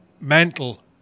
mental